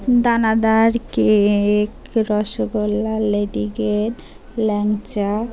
দানাদার কেক রসগোল্লা লেডিগেট ল্যাংচা